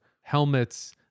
helmets